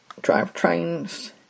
drivetrains